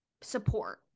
support